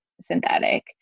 synthetic